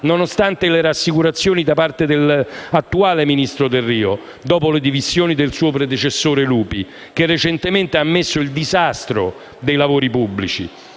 nonostante le rassicurazioni da parte dell'attuale ministro Delrio (nominato dopo le dimissioni del suo predecessore Lupi), che recentemente ha ammesso il disastro dei lavori pubblici.